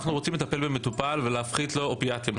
היום אנחנו רוצים לטפל במטופל ולהפחית לו אופיאטים.